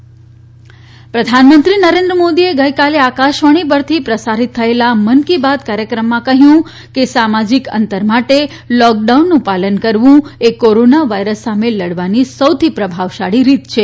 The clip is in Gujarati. મન કી બાત પ્રધાનમંત્રી નરેન્દ્ર મોદીએ ગઇકાલે આકાશવાણી પરથી પ્રસારીત થયેલા મન કી બાત કાર્યક્રમમાં કહ્યું કે સામાજિક અંતર માટે લોકડાઉનનું પાલન કરવું એ કોરોના વાયરસ સામે લડવાની સૌથી પ્રભાવશાળી રીત છે